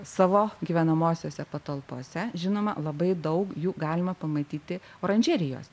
savo gyvenamosiose patalpose žinoma labai daug jų galima pamatyti oranžerijose